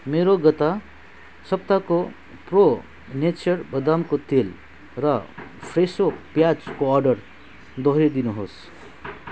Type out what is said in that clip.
मेरो गत सप्ताहको प्रो नेचर बदामको तेल र फ्रेसो प्याजको अर्डर दोहोर्याई दिनुहोस्